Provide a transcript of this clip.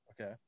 Okay